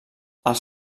als